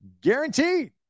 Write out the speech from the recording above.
guaranteed